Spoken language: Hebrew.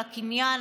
על הקניין,